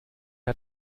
hat